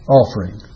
offering